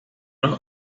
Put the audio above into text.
los